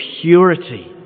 purity